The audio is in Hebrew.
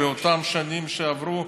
באותן שנים שעברו,